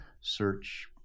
search